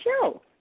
show